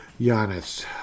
Giannis